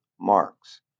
marks